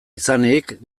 izanik